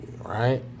right